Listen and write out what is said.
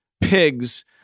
Pigs